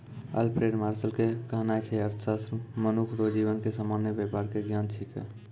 Alfred Marshall के कहनाय छै अर्थशास्त्र मनुख रो जीवन के सामान्य वेपार के ज्ञान छिकै